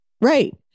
Right